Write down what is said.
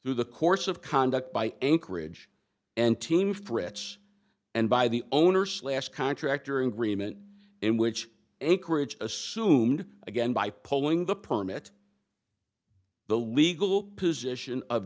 through the course of conduct by anchorage and team frets and by the owners last contract or agreement in which anchorage assumed again by pulling the permit the legal position of